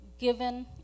Given